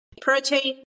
Protein